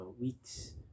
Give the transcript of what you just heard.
weeks